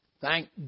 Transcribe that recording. Thank